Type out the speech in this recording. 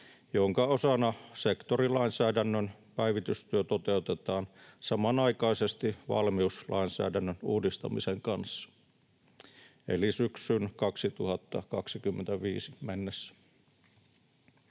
jonka osana sektorilainsäädännön päivitystyö toteutetaan samanaikaisesti valmiuslainsäädännön uudistamisen kanssa eli syksyyn 2025 mennessä.